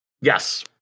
Yes